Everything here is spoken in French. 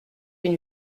une